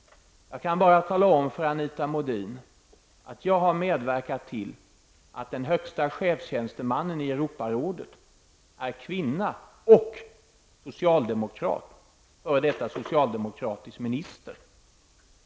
Jag kan tala om för Anita Modin att jag har medverkat till att den högsta chefstjänstemannen i Europarådet är kvinna och socialdemokrat, f.d. socialdemokratisk minister.